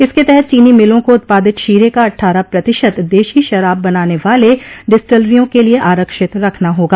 इसके तहत चीनी मिलों को उत्पादित शीरे का अट्ठारह प्रतिशत देशी शराब बनाने वाले डिस्टलरियों के लिये आरक्षित रखना होगा